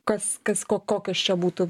kas kas ko kokios čia būtų